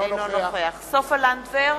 אינו נוכח סופה לנדבר,